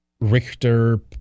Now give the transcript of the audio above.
Richter